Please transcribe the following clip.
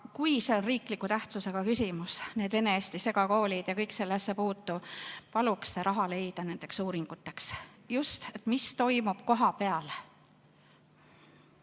kui see on riikliku tähtsusega küsimus, need vene-eesti segakoolid ja kõik sellesse puutuv, paluks see raha leida nendeks uuringuteks, et uurida just seda, mis toimub kohapeal.